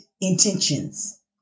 intentions